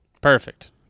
Perfect